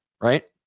right